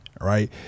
right